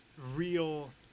real